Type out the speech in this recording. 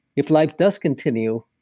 if life does continue,